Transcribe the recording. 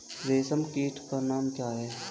रेशम कीट का नाम क्या है?